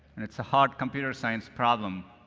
and it's a hard computer science problem.